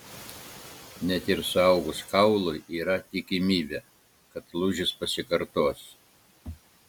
net ir suaugus kaului yra tikimybė kad lūžis pasikartos